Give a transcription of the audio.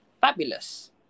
fabulous